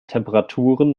temperaturen